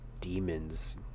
demons